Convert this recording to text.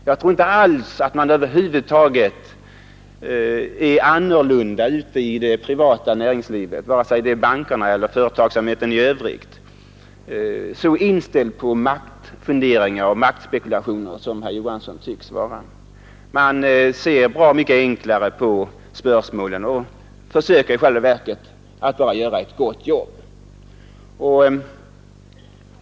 Jag tror över huvud taget inte alls att man inom det privata näringslivet, varken när det gäller bankerna eller företagsamheten i övrigt, är så inställd på maktfunderingar och maktspekulationer som herr Johansson tycks vara. Man ser bra mycket enklare på spörsmålen och försöker i själva verket bara göra ett gott jobb.